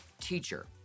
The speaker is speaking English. Teacher